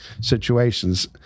situations